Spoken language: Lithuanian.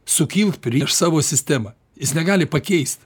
sukilt prieš savo sistemą jis negali pakeist